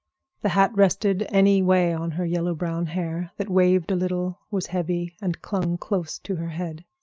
the hat rested any way on her yellow-brown hair, that waved a little, was heavy, and clung close to her head.